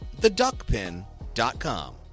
theduckpin.com